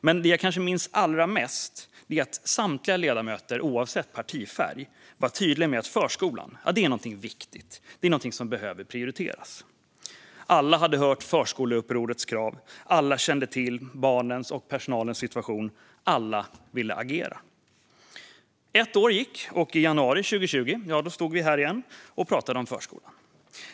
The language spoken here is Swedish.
Det jag kanske minns allra bäst är att samtliga ledamöter, oavsett partifärg, var tydliga med att förskolan var något viktigt och något som behöver prioriteras. Alla hade hört Förskoleupprorets krav, alla kände till barnens och personalens situation, alla ville agera. Ett år gick, och i januari 2020 stod vi här igen och pratade om förskolan.